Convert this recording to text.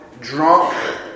drunk